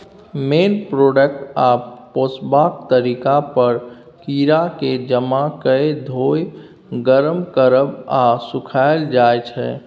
मेन product आ पोसबाक तरीका पर कीराकेँ जमा कए धोएब, गर्म करब आ सुखाएल जाइ छै